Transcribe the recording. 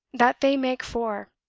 that they make four.